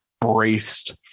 Braced